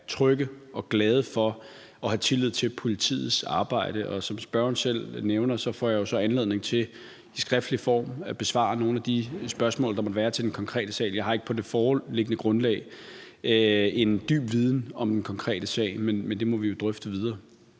trygge og glade for og have tillid til politiets arbejde. Og som spørgeren selv nævner, får jeg jo anledning til i skriftlig form at besvare nogle af de spørgsmål, der måtte være til den konkrete sag. Jeg har ikke på det foreliggende grundlag en dyb viden om den konkrete sag, men det må vi jo drøfte videre.